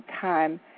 time